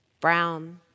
brown